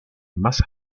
más